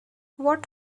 what